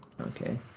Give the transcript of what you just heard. Okay